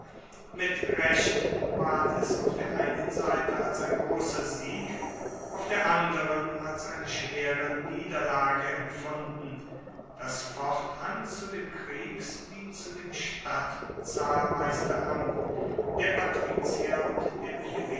mit recht ward es auf der einen seite als ein grosser sieg auf der anderen als eine schwere niederlage empfunden dass fortan zu dem kriegs wie zu dem stadtzahlmeisteramt der patrizier und der